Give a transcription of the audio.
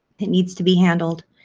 it needs to be handled.